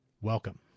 Welcome